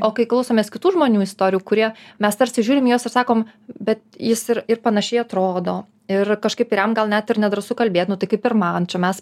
o kai klausomės kitų žmonių istorijų kurie mes tarsi žiūrim į juos ir sakom bet jis ir ir panašiai atrodo ir kažkaip ir jam gal net ir nedrąsu kalbėt nu tai kaip ir man čia mes